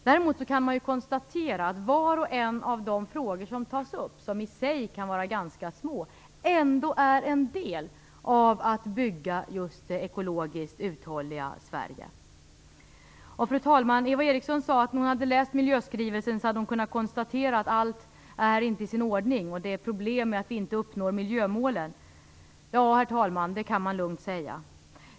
Däremot kan man konstatera att var och en av de frågor som tas upp, som i sig kan vara ganska små, ändå är en del av att bygga just det ekologiskt uthålliga Sverige. Herr talman! Eva Eriksson sade att hon när hon hade läst miljöskrivelsen hade kunnat konstatera att allt inte är i sin ordning och att det är problem med att vi inte uppnår miljömålen. Ja, herr talman, det kan man lugnt säga.